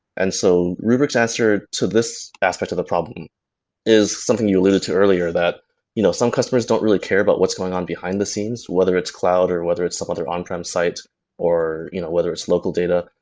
and so rubrik's answer to this aspect of the problem is something you alluded to earlier that you know some customers don't' really care about what's going on behind the scenes, whether it's cloud or whether it's some other on-prem site or you know whether it's local data.